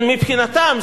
מבחינתם,